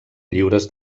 lliures